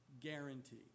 Guarantee